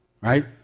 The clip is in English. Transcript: right